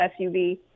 SUV